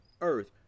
Earth